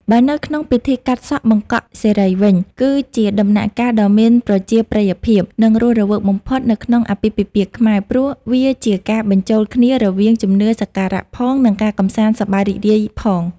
បើនៅក្នុងពិធីកាត់សក់បង្កក់សិរីវិញ គឺជាដំណាក់កាលដ៏មានប្រជាប្រិយភាព និងរស់រវើកបំផុតនៅក្នុងអាពាហ៍ពិពាហ៍ខ្មែរ ព្រោះវាជាការបញ្ចូលគ្នារវាងជំនឿសក្ការៈផង និងការកម្សាន្តសប្បាយរីករាយផង។